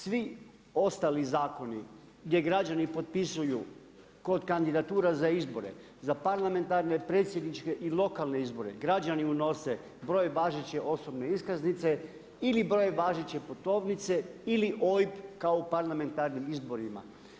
Svi ostali zakoni gdje građani potpisuju kod kandidatura za izbore, za parlamentarne predsjedničke i lokalne izbore, građani unose broj važeće osobne iskaznice ili broj važeće putovnice ili OIB kao u parlamentarnim izborima.